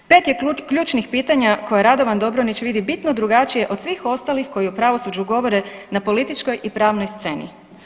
Pet je ključnih pitanja koje Radovan Dobronić vidi bitno drugačije od svih ostalih koji o pravosuđu govore na političkoj i pravnoj sceni.